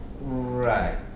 Right